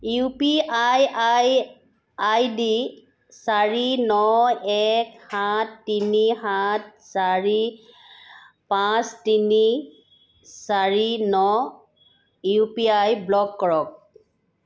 U P I I ID চাৰি ন এক সাত তিনি সাত চাৰি পাঁচ তিনি চাৰি ন ইউ পি আই ব্লক কৰক